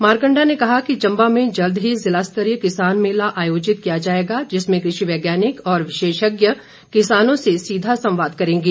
मारकंडा ने कहा कि चंबा में जल्द ही ज़िला स्तरीय किसान मेला अयोजित किया जाएगा जिसमें कृषि वैज्ञानिक और विशेषज्ञ किसानों से सीधा संवाद करेंगे